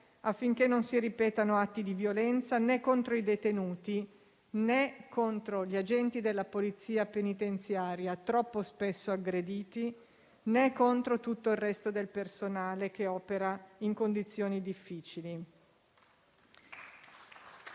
affinché non si ripetano atti di violenza né contro i detenuti, né contro gli agenti della Polizia penitenziaria, troppo spesso aggrediti, né contro tutto il resto del personale, che opera in condizioni difficili.